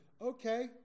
okay